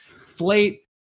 Slate